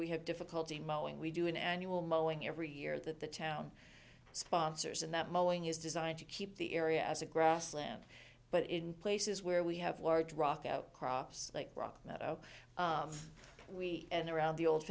we have difficulty mowing we do an annual mowing every year that the town sponsors and that mowen is designed to keep the area as a grassland but in places where we have large rock outcrops like rock that up we and around the old